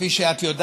כפי שאת יודעת,